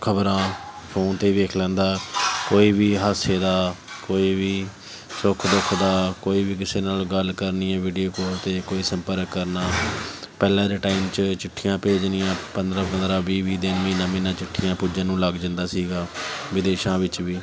ਖਬਰਾਂ ਫੋਨ 'ਤੇ ਵੇਖ ਲੈਂਦਾ ਕੋਈ ਵੀ ਹਾਸੇ ਦਾ ਕੋਈ ਵੀ ਸੁੱਖ ਦੁੱਖ ਦਾ ਕੋਈ ਵੀ ਕਿਸੇ ਨਾਲ ਗੱਲ ਕਰਨੀ ਹੈ ਵੀਡੀਓ ਕੋਲ 'ਤੇ ਕੋਈ ਸੰਪਰਕ ਕਰਨਾ ਪਹਿਲਾਂ ਦੇ ਟਾਈਮ 'ਚ ਚਿੱਠੀਆਂ ਭੇਜਣੀਆਂ ਪੰਦਰਾਂ ਪੰਦਰਾਂ ਵੀਹ ਵੀਹ ਦਿਨ ਮਹੀਨਾ ਮਹੀਨਾ ਚਿੱਠੀਆਂ ਪੁੱਜਣ ਨੂੰ ਲੱਗ ਜਾਂਦਾ ਸੀਗਾ ਵਿਦੇਸ਼ਾਂ ਵਿੱਚ ਵੀ